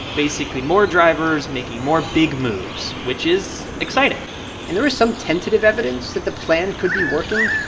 basically, more drivers making more big moves, which is exciting and there is some tentative evidence that the plan could be working.